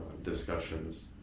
discussions